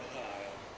ha ya